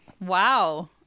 Wow